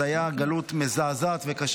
זאת הייתה גלות מזעזעת וקשה.